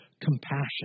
compassion